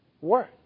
work